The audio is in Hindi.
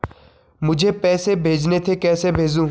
मुझे पैसे भेजने थे कैसे भेजूँ?